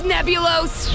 Nebulos